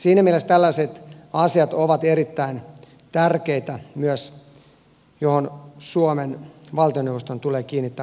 siinä mielessä tällaiset asiat ovat erittäin tärkeitä ja myös suomen valtioneuvoston tulee kiinnittää niihin huomiota